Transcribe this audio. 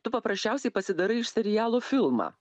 tu paprasčiausiai pasidarai iš serialo filmą